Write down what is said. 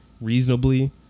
reasonably